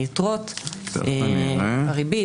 היתרות, הריבית.